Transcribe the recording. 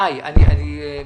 גיא, מירי,